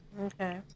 Okay